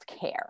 care